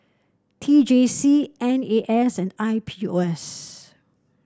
T J C N A S and I P O S